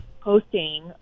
hosting